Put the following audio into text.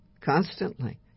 Constantly